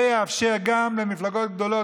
זה יאפשר גם מפלגות גדולות,